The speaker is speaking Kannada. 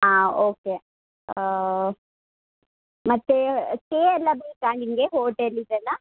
ಓಕೆ ಮತ್ತು ಸ್ಟೇ ಎಲ್ಲ ಬೇಕಾ ನಿಮಗೆ ಹೋಟೆಲ್ಲಿದೆಲ್ಲ